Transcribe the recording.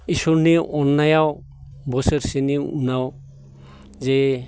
इसोरनि अननायाव बोसोरसेनि उनाव जे